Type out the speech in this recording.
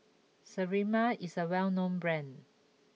Sterimar is a well known brand